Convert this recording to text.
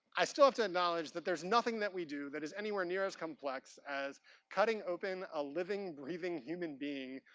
i still have to acknowledge that there's nothing that we do that is anywhere near as complex as cutting open a living, breathing human being,